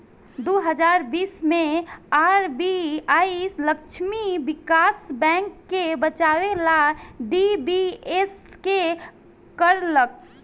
दू हज़ार बीस मे आर.बी.आई लक्ष्मी विकास बैंक के बचावे ला डी.बी.एस.के करलख